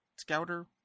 Scouter